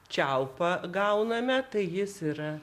čiaupą gauname tai jis yra